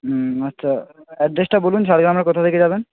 হুম আচ্ছা অ্যাড্রেসটা বলুন ঝাড়গ্রামের কোথা থেকে যাবেন